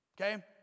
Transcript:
Okay